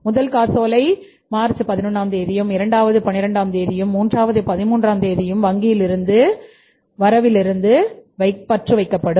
முதல் காசோலை மார்ச் 11ம் தேதியும் இரண்டாவது 12 ஆம் தேதியும் மூன்றாவது 13 ஆம் தேதி வங்கியிலிருந்து பற்று வைக்கப் படும்